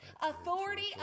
Authority